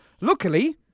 luckily